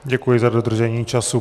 Děkuji za dodržení času.